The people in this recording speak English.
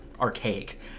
archaic